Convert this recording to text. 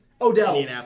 odell